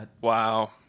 Wow